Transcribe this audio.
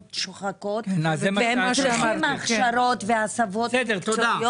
אחרי עבודות מאוד שוחקות והם צריכים הכשרות והסבות מקצועיות.